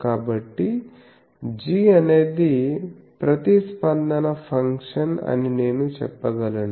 కాబట్టి g అనేది ప్రతిస్పందన ఫంక్షన్ అని నేను చెప్పగలను